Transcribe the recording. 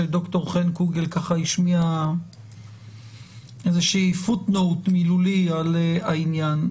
שד"ר חן קוגל השמיע איזשהו footnote מילולי בעניין.